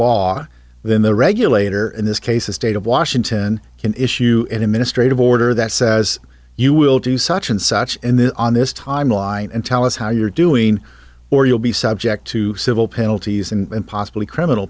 law then the regulator in this case the state of washington and issue in administrative order that says you will do such and such and then on this timeline and tell us how you're doing or you'll be subject to civil penalties and possibly criminal